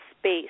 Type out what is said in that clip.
space